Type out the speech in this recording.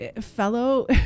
fellow